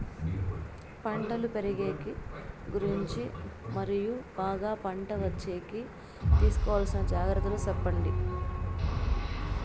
పంటలు పెరిగేకి గురించి మరియు బాగా పంట వచ్చేకి తీసుకోవాల్సిన జాగ్రత్త లు సెప్పండి?